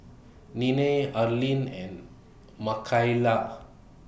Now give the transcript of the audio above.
Nena Arlin and Makaila